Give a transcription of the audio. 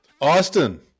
Austin